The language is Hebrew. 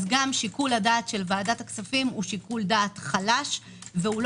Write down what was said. גם שיקול הדעת של ועדת הכספים הוא שיקול דעת חלש ולא